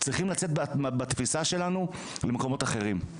צריכים לצאת בתפיסה שלנו למקומות אחרים,